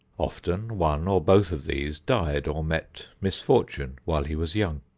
often one or both of these died or met misfortune while he was young.